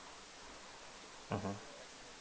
mmhmm